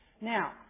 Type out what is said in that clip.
Now